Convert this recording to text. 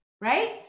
right